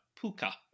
puka